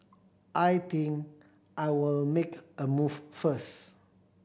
I think I'll make a move first